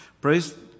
Praise